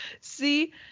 See